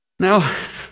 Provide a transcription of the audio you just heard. Now